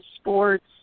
sports